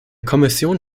kommission